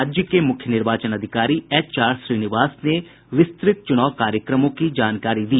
राज्य के मुख्य निर्वाचन अधिकारी एचआर श्रीनिवास ने विस्तृत चुनाव कार्यक्रमों की जानकारी दी